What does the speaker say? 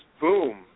boom